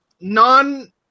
non